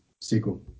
sequel